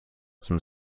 some